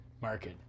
market